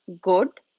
good